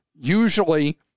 usually